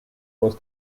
was